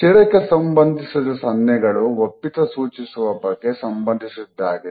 ಶಿರಕ್ಕೆ ಸಂಬಂಧಿಸಿದ ಸನ್ನೆಗಳು ಒಪ್ಪಿತ ಸೂಚಿಸುವ ಬಗ್ಗೆ ಸಂಬಂಧಿಸಿದ್ದಾಗಿದೆ